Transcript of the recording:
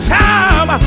time